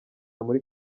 muri